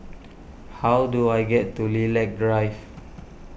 how do I get to Lilac Drive